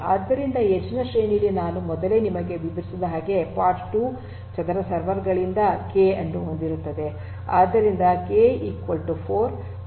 ಆದ್ದರಿಂದ ಎಡ್ಜ್ ನ ಶ್ರೇಣಿಯಲ್ಲಿ ನಾನು ಮೊದಲೇ ನಿಮಗೆ ವಿವರಿಸಿದ ಹಾಗೆ ಪಾಡ್ 2 ಚದರ ಸರ್ವರ್ ಗಳಿಂದ ಕೆ ಅನ್ನು ಹೊಂದಿರುತ್ತದೆ